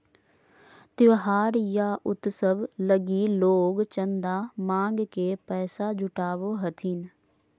त्योहार या उत्सव लगी लोग चंदा मांग के पैसा जुटावो हथिन